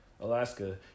Alaska